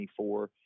24